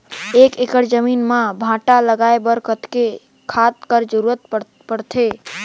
एक एकड़ जमीन म भांटा लगाय बर कतेक खाद कर जरूरत पड़थे?